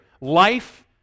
life